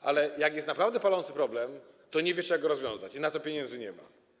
ale jak jest naprawdę palący problem, to nie wiecie, jak go rozwiązać, i na to pieniędzy nie ma.